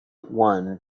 one